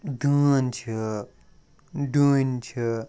دٲن چھِ ڈوٗنۍ چھِ